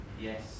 Yes